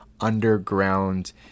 underground